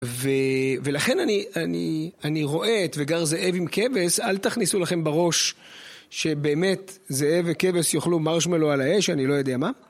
ו... ולכן אני אני אני רואה את וגר זאב עם כבש, אל תכניסו לכם בראש שבאמת זאב וכבש יאכלו מרשמלו על האש, אני לא יודע מה.